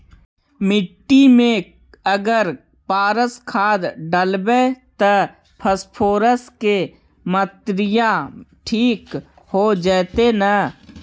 मिट्टी में अगर पारस खाद डालबै त फास्फोरस के माऋआ ठिक हो जितै न?